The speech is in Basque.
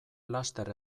laster